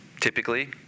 typically